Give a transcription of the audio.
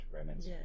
romance